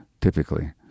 typically